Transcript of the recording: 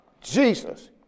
Jesus